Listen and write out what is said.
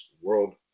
World